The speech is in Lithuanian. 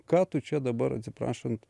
ką tu čia dabar atsiprašant